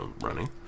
running